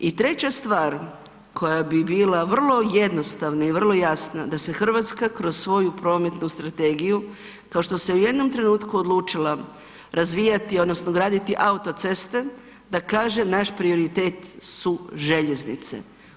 I treća stvar koja bi bila vrlo jednostavna i vrlo jasna, da se Hrvatska kroz svoju prometnu strategiju kao što se u jednom trenutku odlučila razvijati odnosno graditi autoceste, da kaže naš prioritet su željeznice.